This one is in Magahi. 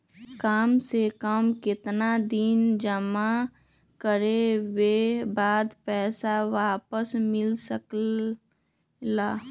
काम से कम केतना दिन जमा करें बे बाद पैसा वापस मिल सकेला?